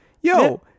yo—